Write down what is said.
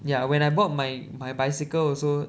ya when I bought my my bicycle also